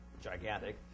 gigantic